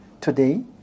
today